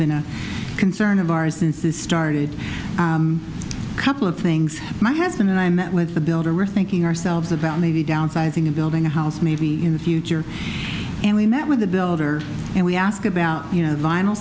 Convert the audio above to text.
been a concern of ours since this started a couple of things my husband and i met with the builder are thinking ourselves about maybe downsizing a building a house maybe in the future and we met with the builder and we ask about you know